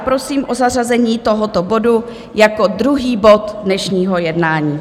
Prosím o zařazení tohoto bodu jako druhý bod dnešního jednání.